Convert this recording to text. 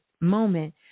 moment